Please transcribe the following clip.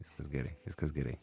viskas gerai viskas gerai